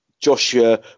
Joshua